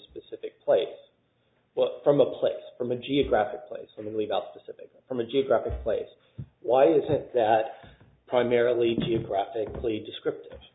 specific place from a place from a geographic place and they leave out specific from a geographic place why isn't that primarily graphically descriptive